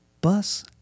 Bus